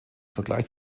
vergleich